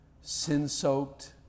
sin-soaked